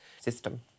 system